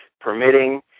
permitting